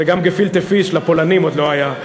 וגם גפילטע פיש לפולנים עוד לא היה,